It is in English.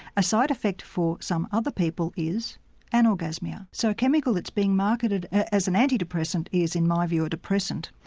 a side effect for some other people is anorgasmia. so a chemical that's being marketed as an anti-depressant is in my view a depressant.